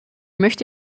möchte